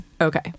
Okay